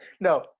No